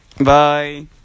Bye